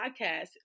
podcast